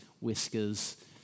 whiskers